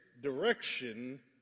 direction